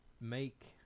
make